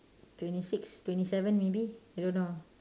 twenty six twenty seven maybe I don't know